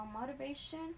motivation